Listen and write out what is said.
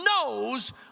knows